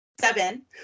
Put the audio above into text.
seven